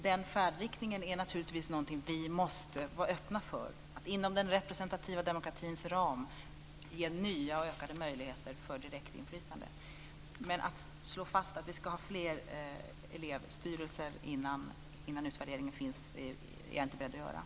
Den färdriktningen är naturligtvis någonting vi måste vara öppna för, att inom den representativa demokratins ram ge nya och ökade möjligheter för direktinflytande. Men att slå fast att vi ska ha fler elevstyrelser innan utvärderingen finns är jag inte beredd att göra.